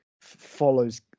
follows